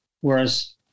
whereas